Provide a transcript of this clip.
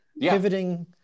pivoting